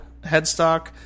headstock